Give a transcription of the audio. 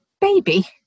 baby